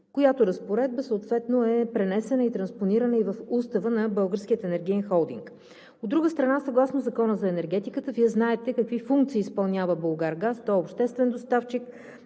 която разпоредба съответно е пренесена и транспонирана и в Устава на Българския енергиен холдинг. От друга страна, съгласно Закона за енергетиката, Вие знаете какви функции изпълнява „Булгаргаз“ – той е обществен доставчик